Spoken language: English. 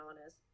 honest